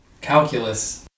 Calculus